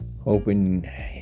hoping